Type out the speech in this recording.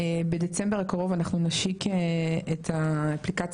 בדצמבר הקרוב אנחנו נשיק את האפליקציה